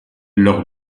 leur